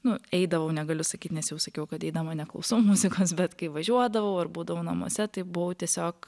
nu eidavau negaliu sakyt nes jau sakiau kad eidama neklausau muzikos bet kai važiuodavau ar būdavau namuose tai buvau tiesiog